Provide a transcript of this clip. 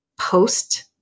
post